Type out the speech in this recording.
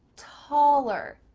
taller,